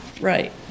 Right